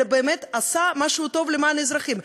אלא באמת עשה משהו טוב למען האזרחים.